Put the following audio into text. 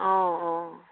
অঁ অঁ